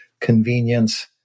convenience